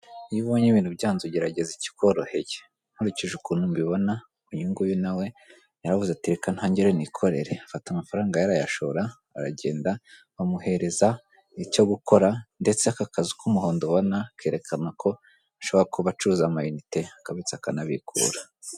Iyo ubonye ibintu byanyuze ugerageza ikikoroheye. Nkurikije ukuntu mbibona ku nyunguyu nawe yaravuze ati reka ntangire nikorere, afata amafaranga ye arayashora, aragenda bamuhereza icyo gukora ndetse aka kazu k'umuhondo ubona kerekana ko ashobora kuba acuruza amayinite, akabitsa akanabikura.